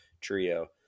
trio